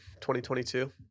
2022